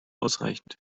ausreichend